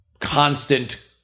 constant